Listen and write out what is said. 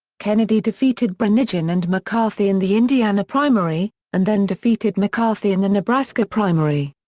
kennedy defeated branigin and mccarthy in the indiana primary, and then defeated mccarthy in the nebraska primary.